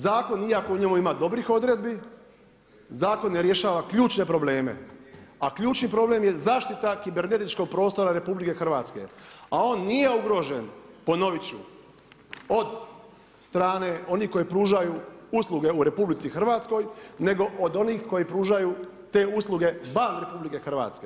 Znači ponovit ću, zakon iako u njemu ima dobrih odredbi, zakon ne rješava ključne probleme, a ključni problem je zaštita kibernetičkog prostora RH, a on nije ugrožen, ponovit ću, od strane onih koji pružaju usluge u RH nego od onih koji pružaju te usluge van RH.